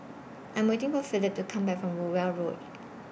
I'm waiting For Philip to Come Back from Rowell Road